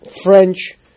French